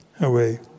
away